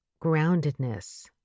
groundedness